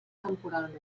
temporalment